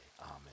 amen